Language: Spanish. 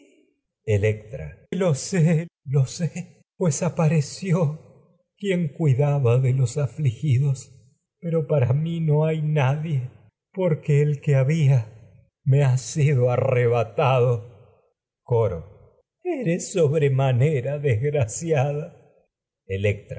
electra sé lo sé pues apareció quien cuida ba de los afligidos pero para mí no hay nadie porque el que había me ha sido arrebatado coro eres sobremanera desgraciada lo electra